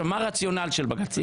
מה הרציונל של בג"צ?